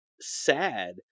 sad